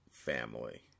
family